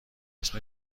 اسم